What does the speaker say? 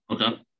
Okay